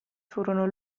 furono